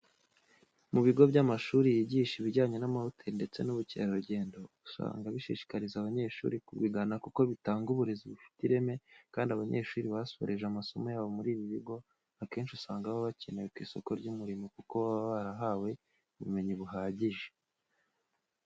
Mu bigo by'amashuri yigisha ibijyanye n'amahoteli ndetse n'ubukerarugendo usanga bishishikariza abanyeshuri kubigana kuko bitanga uburezi bufite ireme kandi abanyeshuri basoreje amasomo yabo muri ibi bigo akenshi usanga baba bakenewe ku isoko ry'umurimo kuko baba barahawe ubumenyi buhagije.